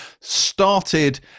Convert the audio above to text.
started